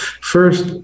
first